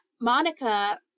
Monica